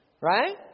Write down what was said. Right